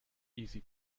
easy